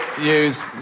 use